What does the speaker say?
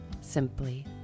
Simply